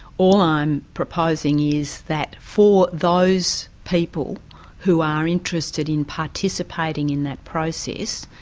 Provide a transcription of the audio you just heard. all i'm proposing is that for those people who are interested in participating in that process,